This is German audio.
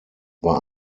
war